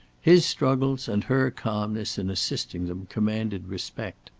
his struggles and her calmness in assisting them commanded respect.